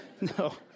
No